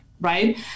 Right